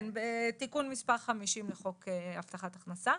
כן, בתיקון מס' 50 לחוק הבטחת הכנסה,